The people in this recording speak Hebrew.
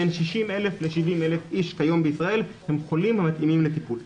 בין 60,000 ל-70,000 איש כיום בישראל הם חולים המתאימים לטיפול.